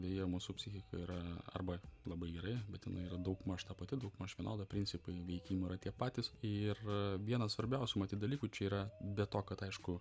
deja mūsų psichika yra arba labai gera bet jinai yra daugmaž ta pati daugmaž vienoda principai veikimo yra tie patys ir vienas svarbiausių dalykų čia yra be to kad aišku